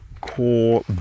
core